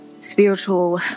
spiritual